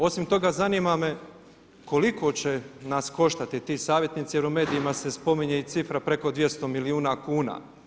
Osim toga, zanima me koliko će nas koštati ti savjetnici jer u medijima se spominje i cifra preko 200 milijuna kuna.